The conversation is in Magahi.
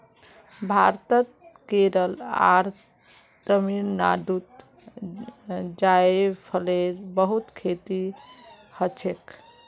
भारतत केरल आर तमिलनाडुत जायफलेर बहुत खेती हछेक